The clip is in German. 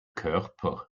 körper